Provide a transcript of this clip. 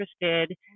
interested